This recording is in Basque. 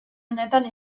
unetan